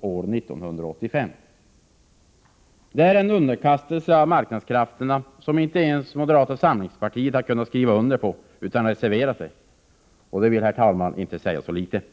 år 1985. Det är att underkasta sig marknadskrafterna på ett sätt som inte ens moderata samlingspartiet har kunnat skriva under på utan reserverat sig emot. Och det, herr talman, vill inte säga litet!